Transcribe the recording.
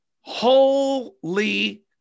Holy